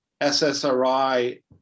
SSRI